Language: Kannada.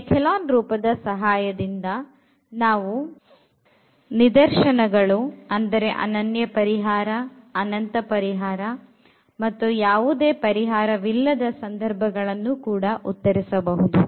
ಈ echelon ರೂಪದ ಸಹಾಯದಿಂದ ನಾವು ನಿದರ್ಶನಗಳು ಅಂದರೆ ಅನನ್ಯ ಪರಿಹಾರ ಅನಂತ ಪರಿಹಾರ ಮತ್ತು ಯಾವುದೇ ಪರಿಹಾರ ವಿಲ್ಲದ ಸಂದರ್ಭಗಳನ್ನು ಉತ್ತರಿಸಬಹುದು